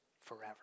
forever